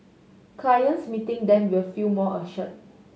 clients meeting them will feel more assured